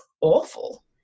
awful